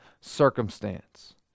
circumstance